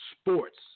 Sports